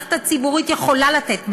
שהמערכת הציבורית יכולה לתת מענה.